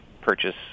purchase